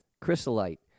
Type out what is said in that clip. chrysolite